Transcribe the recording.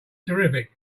terrific